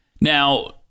Now